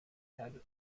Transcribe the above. had